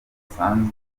basanzwe